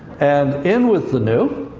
and in with the new.